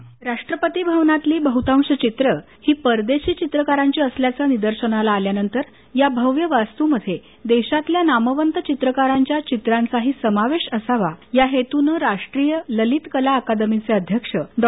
script राष्ट्रपती भवनातली बहुतांश चित्र ही परदेशी चित्रकारांची असल्याचं निदर्शनाला आल्यावर या भव्य वास्तूमध्ये देशातल्या नामवंत चित्रकारांच्या चित्रांचाही समावेश असावा या हेतूनं राष्ट्रीय ललित कला अकादमीचे अध्यक्ष डॉ